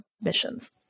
missions